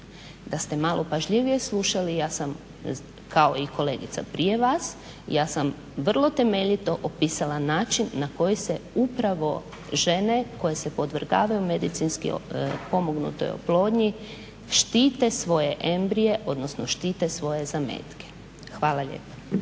Da ste malo pažljivije slušali ja sam, kao i kolegica prije vas, ja sam vrlo temeljito opisala način na koji se upravo žene koje se podvrgavaju medicinski pomognutoj oplodnji štite svoje embrije, odnosno štite svoje zametke. Hvala lijepa.